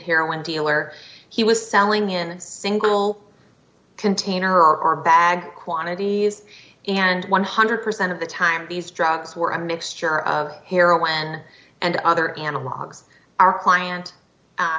hero and dealer he was selling in single container or bag quantities and one hundred percent of the time these drugs were a mixture of hero when and other analogs our client